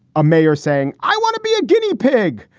a mayor saying, i want to be a guinea pig.